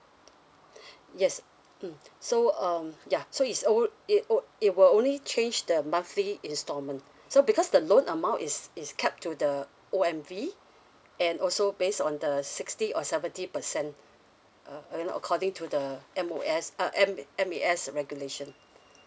yes mm so um yeah so it's a woo~ it wo~ it will only change the monthly installment so because the loan amount is is cap to the O_M_V and also based on the sixty or seventy percent uh according to the M_O_S uh M M_A_S regulation